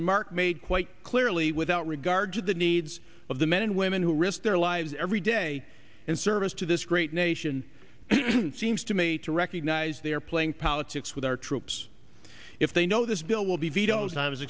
remark made quite clearly without regard to the needs of the men and women who risk their lives every day and service to this great nation seems to me to recognize they are playing politics with our troops if they know this bill will be